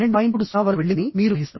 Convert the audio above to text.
30 వరకు వెళ్లిందని మీరు గ్రహిస్తారు